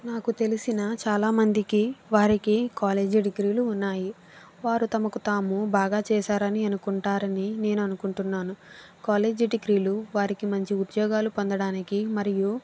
నాకు తెలిసిన చాలా మందికి వారికి కాలేజీ డిగ్రీలు ఉన్నాయి వారు తమకు తాము బాగా చేసారు అని అనుకుంటారు అని నేను అనుకుంటున్నాను కాలేజీ డిగ్రీలు వారికి మంచి ఉద్యోగాలు పొందడానికి మరియు